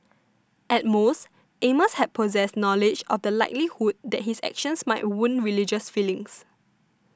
at most Amos had possessed knowledge of the likelihood that his actions might wound religious feelings